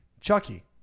Chucky